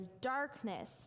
darkness